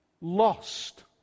lost